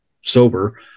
sober